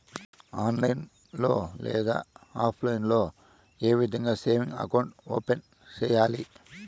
online లో లేదా offline లో ఏ విధంగా సేవింగ్ అకౌంట్ ఓపెన్ సేయాలి